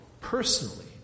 personally